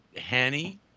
Hanny